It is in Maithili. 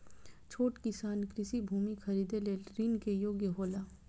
छोट किसान कृषि भूमि खरीदे लेल ऋण के योग्य हौला?